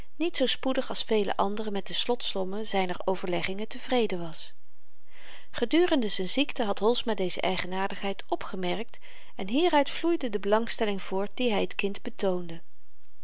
doorzicht niet zoo spoedig als vele anderen met de slotsommen zyner overleggingen tevreden was gedurende z'n ziekte had holsma deze eigenaardigheid opgemerkt en hieruit vloeide de belangstelling voort die hy t kind betoonde